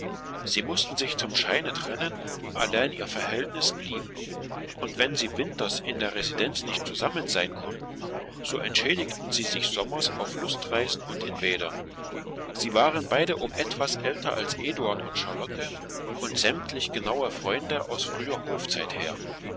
sie mußten sich zum scheine trennen allein ihr verhältnis blieb und wenn sie winters in der residenz nicht zusammen sein konnten so entschädigten sie sich sommers auf lustreisen und in bädern sie waren beide um etwas älter als eduard und charlotte und sämtlich genaue freunde aus früher hofzeit her